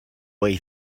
way